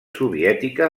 soviètica